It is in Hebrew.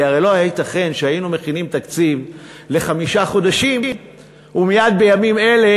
כי הרי לא ייתכן שהיינו מכינים תקציב לחמישה חודשים ומייד בימים אלה